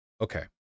Okay